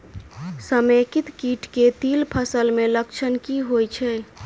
समेकित कीट केँ तिल फसल मे लक्षण की होइ छै?